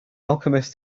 alchemist